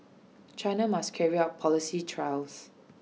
China must carry out policy trials